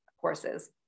courses